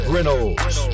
Reynolds